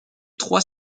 trois